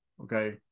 Okay